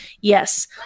Yes